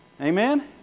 Amen